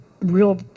real